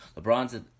LeBron's